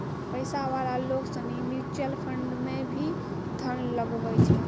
पैसा वाला लोग सनी म्यूचुअल फंड मे भी धन लगवै छै